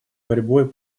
борьбой